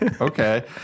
okay